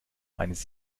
eines